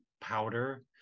powder